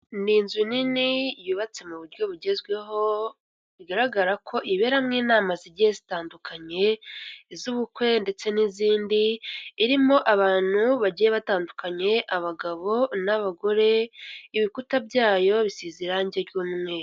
Ni inzu nini yubatse mu buryo bugezweho bigaragara ko iberamo inama zigiye zitandukanye iz'ubukwe ndetse n'izindi, irimo abantu bagiye batandukanye abagabo n'abagore ibikuta byayo bisize irange ry'umweru.